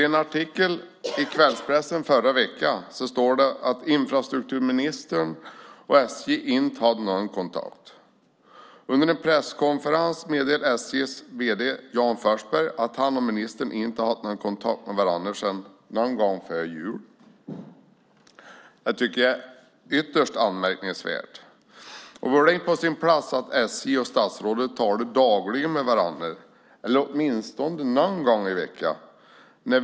I en artikel förra veckan i kvällspressen står det nämligen att infrastrukturministern och SJ inte haft någon kontakt, och under en presskonferens meddelade SJ:s vd Jan Forsberg att han och ministern inte haft någon kontakt med varandra sedan någon gång före jul. Det tycker jag är ytterst anmärkningsvärt. Vore det inte på sin plats för SJ och statsrådet att dagligen eller åtminstone någon gång i veckan tala med varandra?